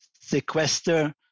sequester